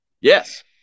Yes